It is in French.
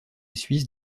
suisse